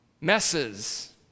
Messes